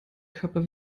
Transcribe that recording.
körper